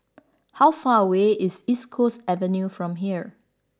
how far away is East Coast Avenue from here